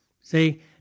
See